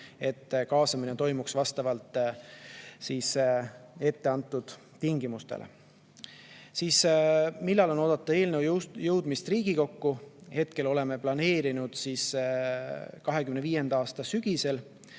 et kaasamine toimuks vastavalt etteantud tingimustele. "Millal on oodata eelnõu jõudmist Riigikokku?" Hetkel oleme planeerinud, et 2025. aasta sügisel.